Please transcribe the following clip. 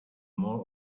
more